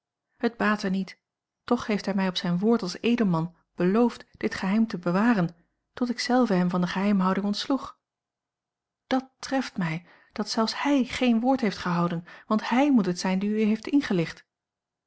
het baatte niet toch heeft hij mij op zijn woord als edelman beloofd dit geheim te bewaren tot ik zelve hem van de geheimhouding ontsloeg dàt treft mij dat zelfs hij geen woord heeft gehouden want hij moet het zijn die u heeft ingelicht